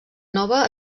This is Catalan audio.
nova